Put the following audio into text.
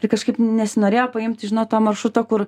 ir kažkaip nesinorėjo paimti žinot to maršruto kur